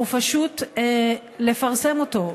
ופשוט לפרסם אותו.